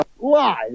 Lies